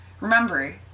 Remember